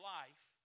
life